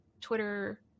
Twitter